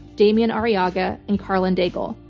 demian arriaga, and karlyn daigle.